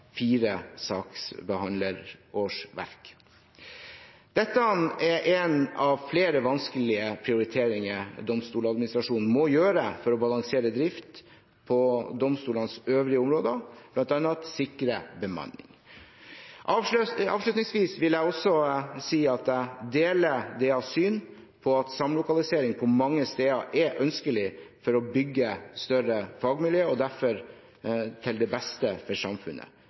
fire saksbehandlerårsverk. Dette er en av flere vanskelige prioriteringer DA må gjøre for å balansere drift på domstolenes øvrige områder, bl.a. sikre bemanning. Avslutningsvis vil jeg si at jeg deler DAs syn på at samlokalisering på mange steder er ønskelig for å bygge større fagmiljø, og derfor til det beste for samfunnet.